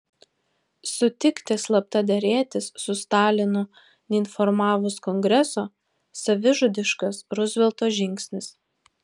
sutikti slapta derėtis su stalinu neinformavus kongreso savižudiškas ruzvelto žingsnis